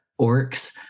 orcs